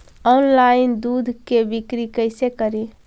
Online दुध के बिक्री कैसे करि?